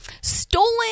stolen